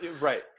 Right